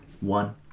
one